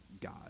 God